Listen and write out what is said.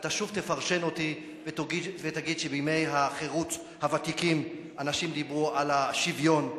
ואתה שוב תפרשן אותי ותגיד שבימי חרות הוותיקים אנשים דיברו על השוויון,